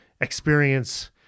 experience